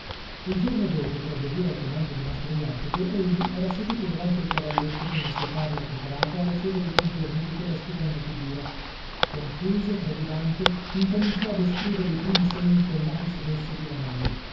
il giorno dopo per obbedire al comando di mastro jacopo egli era seduto davanti al cavalletto con la sua tavola preparata a ricevere i contorni di quella stupenda figura confuso trepidante incominciò a descrivere i primi segni col lapis rosso di lamagna